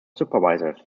supervisors